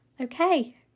okay